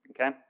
okay